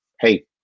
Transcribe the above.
Hey